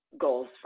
goals